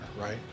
right